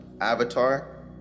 avatar